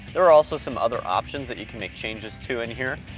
there are also some other options that you can make changes to in here.